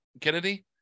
Kennedy